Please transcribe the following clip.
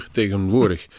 tegenwoordig